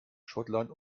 schottland